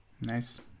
Nice